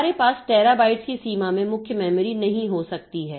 हमारे पास टेराबाइट्स की सीमा में मुख्य मेमोरी नहीं हो सकती है